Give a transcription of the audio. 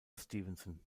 stevenson